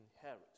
inherit